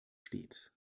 steht